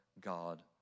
God